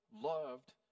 loved